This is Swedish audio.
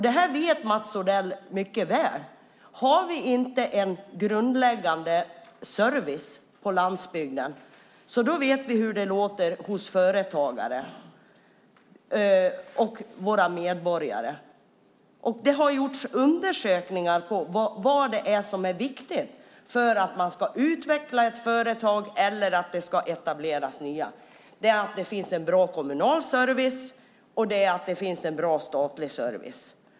Detta vet Mats Odell mycket väl. Vi vet hur det låter från företagare och våra medborgare om det inte finns en grundläggande service på landsbygden. Det har gjorts undersökningar av det som är viktigt för att man ska utveckla ett företag eller för att nya företag ska etableras. Det viktiga anses vara att det finns både en bra kommunal och en bra statlig service.